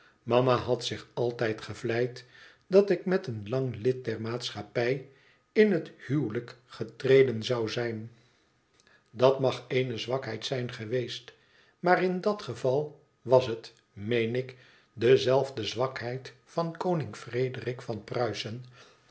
mama had zich altijd gevleid dat ik met een lang lid der maatschappij in het huwelijk getreden zou zijn dat mag eene zwakheid zijn geweest maar in dat geval was het meen ik dezelfde zwakheid van koning frederik van pruisen